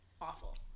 awful